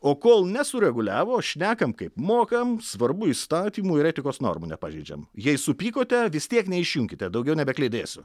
o kol nesureguliavo šnekam kaip mokam svarbu įstatymų ir etikos normų nepažeidžiam jei supykote vis tiek neišjunkite daugiau nebekliedėsiu